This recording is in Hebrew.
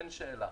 אין שאלה.